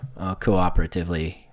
cooperatively